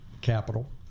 capital